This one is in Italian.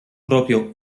proprio